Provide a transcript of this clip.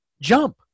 jump